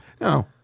No